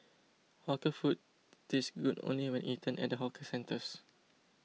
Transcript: hawker food tastes good only when eaten at the hawker centres